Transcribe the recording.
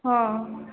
ହଁ